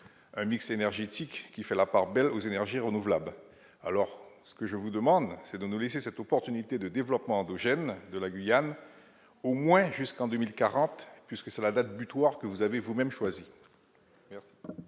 un mix énergétique qui fait la part belle aux énergies renouvelables. Monsieur le ministre d'État, je vous demande de nous laisser cette opportunité de développement endogène de la Guyane, au moins jusqu'en 2040, la date butoir que vous avez vous-même choisie.